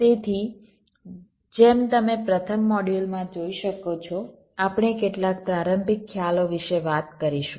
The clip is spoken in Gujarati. તેથી જેમ તમે પ્રથમ મોડ્યુલમાં જોઈ શકો છો આપણે કેટલાક પ્રારંભિક ખ્યાલો વિશે વાત કરીશું